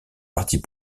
partis